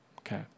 okay